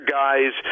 guys